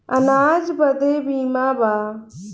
अनाज बदे बीमा बा